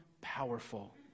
powerful